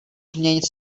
změnit